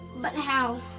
but how?